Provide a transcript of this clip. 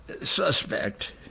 suspect